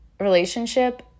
relationship